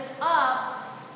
up